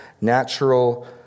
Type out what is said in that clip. natural